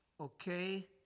okay